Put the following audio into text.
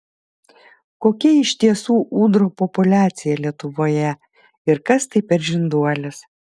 kokia iš tiesų ūdrų populiacija lietuvoje ir kas tai per žinduolis